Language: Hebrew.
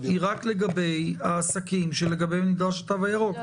היא רק לגבי העסקים שלגביהם נדרש התו הירוק,